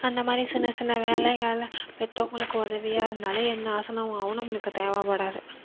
அந்த மாதிரி சின்ன சின்ன வேலைகள்லாம் பெற்றவங்களுக்கு உதவியா இருந்தாலே எந்த ஆசனனாலும் நம்மளுக்கு தேவைப்படாது